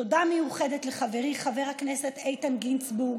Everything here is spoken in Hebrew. תודה מיוחדת לחברי חבר הכנסת איתן גינזבורג,